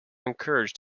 encouraged